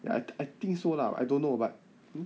ya I I think so lah I don't know but